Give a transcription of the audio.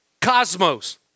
cosmos